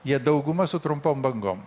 jie dauguma su trumpom bangom